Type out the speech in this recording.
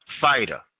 fighter